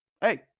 Hey